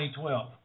2012